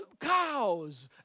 cows